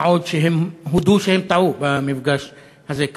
מה עוד שהם הודו במפגש הזה שהם טעו,